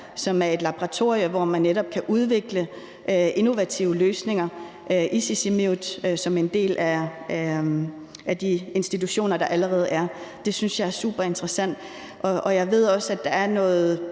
som er et laboratorium, hvor man netop kan udvikle innovative løsninger, i Sisimiut som en del af at de institutioner, der allerede er. Det synes jeg er super interessant, og jeg ved også, at der er noget